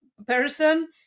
person